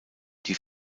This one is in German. die